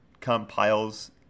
compiles